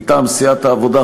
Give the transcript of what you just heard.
מטעם סיעת העבודה,